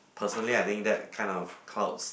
personally I think that kind of clouds